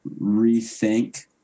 rethink